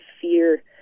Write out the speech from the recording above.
fear